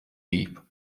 deep